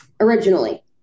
originally